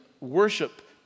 worship